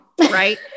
Right